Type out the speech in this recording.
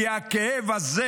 כי הכאב הזה